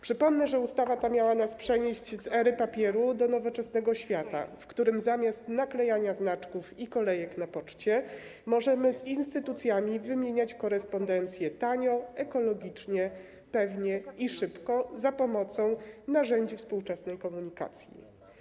Przypomnę, że ustawa ta miała nas przenieść z ery papieru do nowoczesnego świata, w którym bez naklejania znaczków i kolejek na poczcie możemy z instytucjami wymieniać korespondencję tanio, ekologicznie, pewnie i szybko za pomocą narzędzi współczesnej komunikacji.